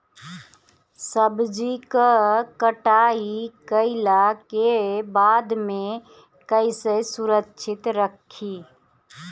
सब्जी क कटाई कईला के बाद में कईसे सुरक्षित रखीं?